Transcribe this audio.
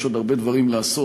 יש עוד הרבה דברים לעשות.